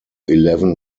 eleven